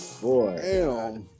Boy